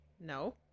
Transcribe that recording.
No